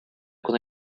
qu’on